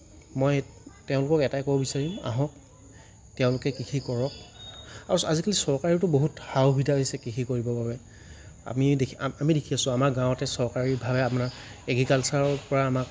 মই তেওঁলোকক এটাই ক'ব বিচাৰিম আহক তেওঁলোকে কৃষি কৰক আৰু আজিকালি চৰকাৰেওটো বহুত সা সুবিধা দিছে কৃষি কৰিবৰ বাবে আমি আমি দেখি আছোঁ আমাৰ গাঁৱতে চৰকাৰী ভাৱে আমাৰ এগ্ৰিকাল্চাৰৰ পৰা আমাক